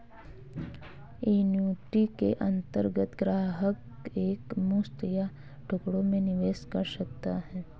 annuity के अंतर्गत ग्राहक एक मुश्त या टुकड़ों में निवेश कर सकता है